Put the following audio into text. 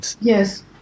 Yes